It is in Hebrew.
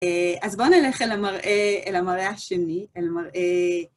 אז בואו נלך אל המראה, אל המראה השני, אל מראה...